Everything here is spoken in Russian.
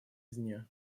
извне